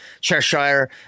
Cheshire